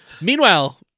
Meanwhile